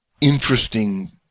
interesting